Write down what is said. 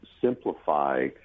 simplify